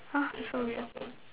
!huh! so weird